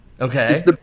Okay